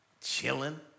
chilling